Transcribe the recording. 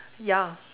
ya